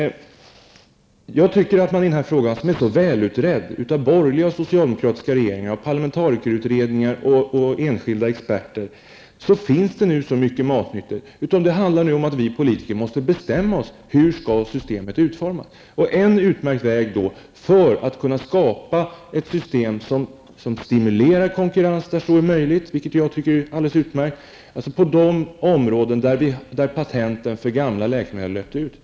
Jag tycker att det i denna fråga, som är så väl utredd av borgerliga och socialdemokratiska regeringar, av parlamentarikerutredningar och av enskilda experter, redan finns tillräckligt mycket matnyttigt. Nu måste vi politiker bestämma oss för hur systemet skall utformas. En utmärkt väg vore att skapa ett system som stimulerar konkurrens där det är möjligt, dvs. på de områden där patenten för gamla läkemedel löpt ut. Det tycker jag vore utomordentligt bra.